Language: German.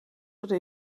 oder